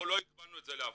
פה לא הגבלנו את זה לעוון,